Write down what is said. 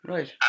Right